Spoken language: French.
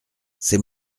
c’est